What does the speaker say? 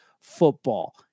football